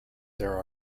there